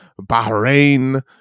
Bahrain